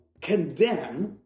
condemn